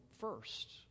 first